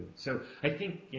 so, i think,